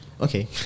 Okay